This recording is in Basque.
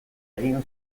egin